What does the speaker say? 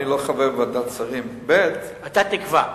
אני לא חבר בוועדת שרים, אתה תקבע.